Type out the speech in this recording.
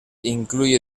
incluye